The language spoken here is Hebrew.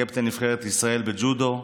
קפטן נבחרת ישראל בג'ודו,